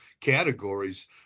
categories